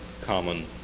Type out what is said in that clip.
common